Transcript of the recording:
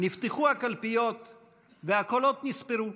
נפתחו הקלפיות והקולות נספרו.